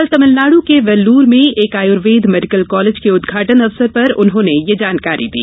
कल तमिलनाडु के वेल्लूर में एक आयुर्वेद मेडिकल कॉलेज के उद्घाटन अवसर पर उन्होंने ये जानकारी दी